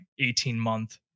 18-month